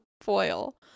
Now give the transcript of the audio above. foil